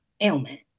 ailment